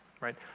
right